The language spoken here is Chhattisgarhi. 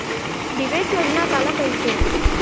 निवेश योजना काला कहिथे?